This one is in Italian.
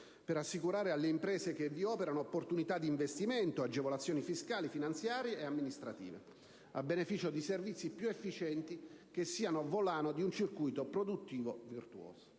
per assicurare alle imprese che vi operano opportunità di investimento, agevolazioni fiscali, finanziarie e amministrative, a beneficio di servizi più efficienti che siano volano di un circuito produttivo virtuoso.